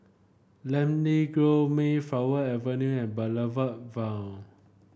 Namly Grove Mayflower Avenue and Boulevard Vue